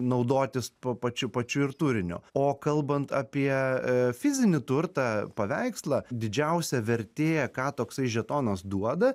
naudotis p pačiu pačiu ir turinio o kalbant apie fizinį turtą paveikslą didžiausia vertė ką toksai žetonas duoda